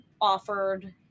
offered